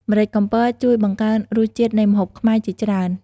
ម្រេចកំពតជួយបង្កើនរសជាតិនៃម្ហូបខ្មែរជាច្រើន។